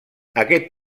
aquest